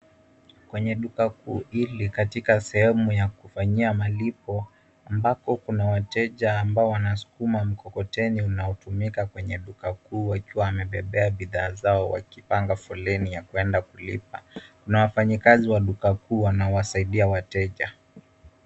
Kwenye duka kuu hili katika sehemu ya kufanyia malipo ambbapo kuna wateja ambao wanaskuma mkokoteni unaotumika kwenye duka kuu wakiwa wamebebea bidhaa zao wakipanga foleni ya kwenda kulipa. Kuna wafanyikazi wa duka kuu wanawasaidia wateja.